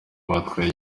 batwaye